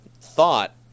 thought